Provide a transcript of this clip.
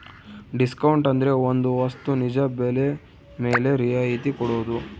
discount ಅಂದ್ರೆ ಒಂದ್ ವಸ್ತು ನಿಜ ಬೆಲೆ ಮೇಲೆ ರಿಯಾಯತಿ ಕೊಡೋದು